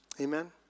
Amen